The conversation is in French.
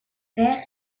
père